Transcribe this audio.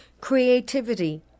Creativity